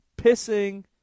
pissing